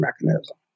mechanism